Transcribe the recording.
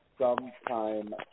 sometime